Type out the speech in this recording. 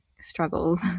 struggles